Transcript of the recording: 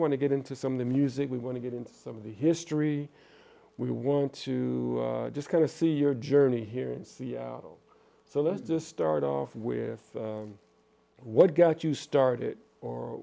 want to get into some of the music we want to get into some of the history we want to just kind of see your journey here in seattle so let's just start off with what got you start